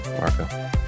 Marco